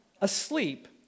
asleep